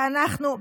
ואנחנו,